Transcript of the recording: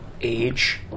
age